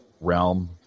realm